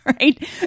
right